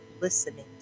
listening